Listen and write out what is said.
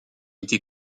été